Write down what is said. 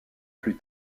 plus